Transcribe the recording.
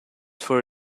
for